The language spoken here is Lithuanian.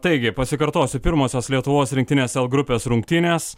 taigi pasikartosiu pirmosios lietuvos rinktinės l grupės rungtynės